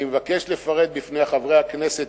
אני מבקש לפרט לפני חברי הכנסת,